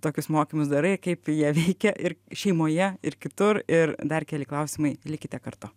tokius mokymus darai kaip jie veikia ir šeimoje ir kitur ir dar keli klausimai likite kartu